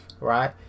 right